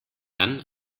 dann